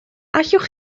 allwch